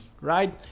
Right